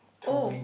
oh